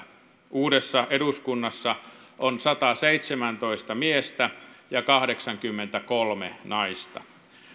uudessa eduskunnassa on sataseitsemäntoista miestä ja kahdeksankymmentäkolme naista